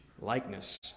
likeness